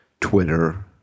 Twitter